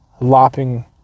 lopping